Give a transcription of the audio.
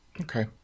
Okay